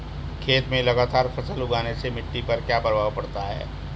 खेत में लगातार फसल उगाने से मिट्टी पर क्या प्रभाव पड़ता है?